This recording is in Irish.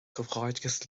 comhghairdeas